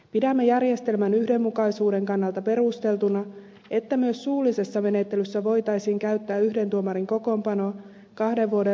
pidämme järjestelmän yhdenmukaisuuden kannalta perusteltuna että myös suullisessa menettelyssä voitaisiin käyttää yhden tuomarin kokonpanoa kahden vuoden rangaistusmaksimirajaan asti